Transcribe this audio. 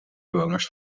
bewoners